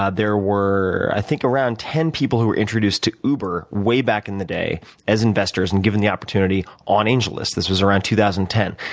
ah there were i think around ten people who were introduced to uber way back in the day as investors and given the opportunity on angellist. this was around two thousand and ten.